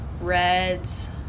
reds